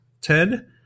Ted